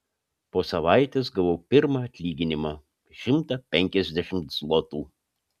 po savaitės gavau pirmą atlyginimą šimtą penkiasdešimt zlotų